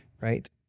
right